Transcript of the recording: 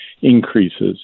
increases